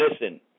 listen